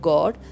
God